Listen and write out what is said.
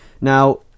now